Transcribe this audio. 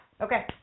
Okay